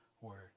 word